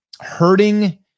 hurting